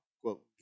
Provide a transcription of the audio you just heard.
quote